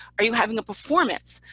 are you having a performance?